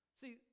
see